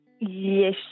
Yes